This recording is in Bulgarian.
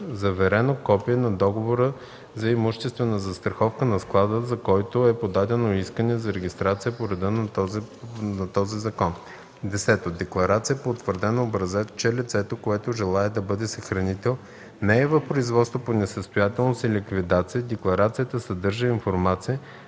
заверено копие на договора за имуществена застраховка на склада, за който е подадено искане за регистрация по реда на този закон; 10. декларация по утвърден образец, че лицето, което желае да бъде съхранител, не е в производство по несъстоятелност или ликвидация; декларацията съдържа информация